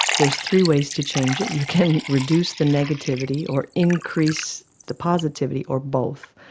there's three ways to change it. you can reduce the negativity or increase the positivity, or both.